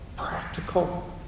Practical